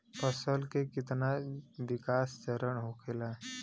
फसल के कितना विकास चरण होखेला?